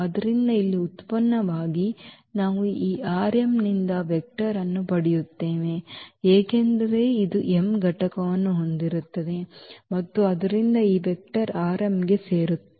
ಆದ್ದರಿಂದ ಇಲ್ಲಿ ಉತ್ಪನ್ನವಾಗಿ ನಾವು ಈ ನಿಂದ ವೆಕ್ಟರ್ ಅನ್ನು ಪಡೆಯುತ್ತೇವೆ ಏಕೆಂದರೆ ಇದು m ಘಟಕವನ್ನು ಹೊಂದಿರುತ್ತದೆ ಮತ್ತು ಆದ್ದರಿಂದ ಈ ವೆಕ್ಟರ್ ಗೆ ಸೇರಿರುತ್ತದೆ